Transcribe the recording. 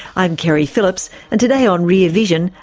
i'm keri phillips and today on rear vision,